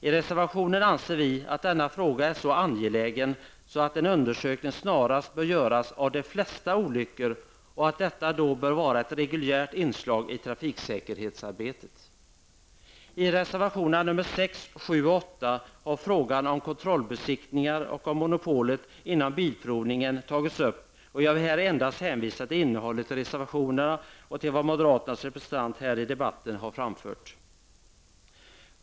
I reservationen anser vi att denna fråga är så angelägen att en undersökning snarast bör göras av de flesta olyckor, vilket bör vara ett reguljärt inslag i trafiksäkerhetsarbetet. I reservationerna nr 6, 7 och 8 har frågan om kontrollbesiktningarna och om monopolet inom bilprovningen tagits upp. Jag vill här endast hänvisa till innehållet i reservationerna och till vad moderaternas representant har framfört här i debatten.